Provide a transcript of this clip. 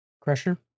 Crusher